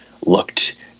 looked